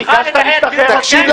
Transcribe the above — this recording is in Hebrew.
אתה צריך --- שב פה, תקשיב לכולם.